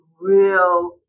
real